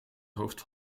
hoofd